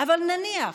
אבל נניח,